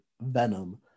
venom